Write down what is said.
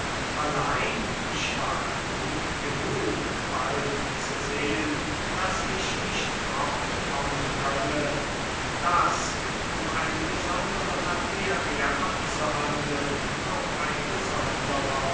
allein ich war klug genug bald zu sehen daß ich nicht fortkommen könne und daß um eine besondere materie abzuhandeln auch ein besonderer